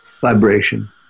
Vibration